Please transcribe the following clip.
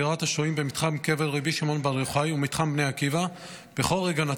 השוהים במתחם קבר רבי שמעון בר יוחאי ומתחם בני עקיבא בכל רגע נתון.